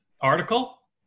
article